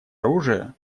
оружия